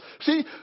See